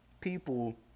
people